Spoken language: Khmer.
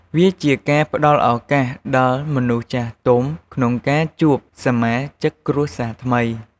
វាជាការផ្តល់ឧកាសដល់មនុស្សចាស់ទុំក្នុងការជួបសមាជិកគ្រួសារថ្មី។